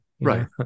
right